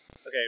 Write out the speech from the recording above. Okay